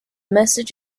message